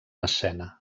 escena